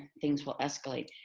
things will escalate.